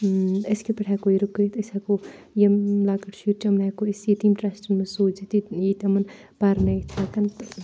أسۍ کِتھ پٲٹھۍ ہیٚکو یہِ رُکٲیِتھ أسۍ ہیٚکو یِم لَکٕٹۍ شُرۍ تِمَن ہیٚکو أسۍ یتیٖم ٹرٛسٹَن منٛز سوٗزِتھ ییٚتہِ ییٚتہِ تِمَن پَرنٲیِتھ ہیٚکَن تہٕ